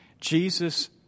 Jesus